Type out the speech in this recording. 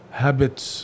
habits